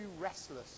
restless